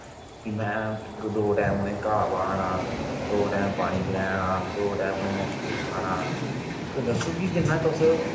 में दौ टेंम उनेंगी घा पाना दौ टैंम पानी पिलारना दो टैंम उन्गें में किश खलारना दिक्खो जी जियां तुस